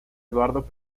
eduardo